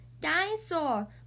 dinosaur